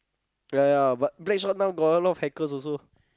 ya ya but Blackshot now got a lot of hackers also